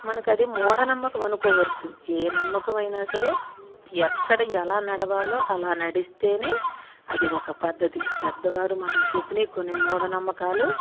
మనకది మూఢనమ్మకం అనుకోవచ్చు ఏ నమ్మకమైనా సరే ఎక్కడ ఎలా నడవాలో అలా నడిస్తేనే అది ఒక పద్ధతి పెద్దవారు మనం చెప్పినివి కొన్ని మూఢనమ్మకాలు